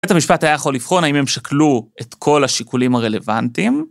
בית המשפט היה יכול לבחון האם הם שקלו את כל השיקולים הרלוונטיים...